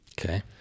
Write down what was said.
Okay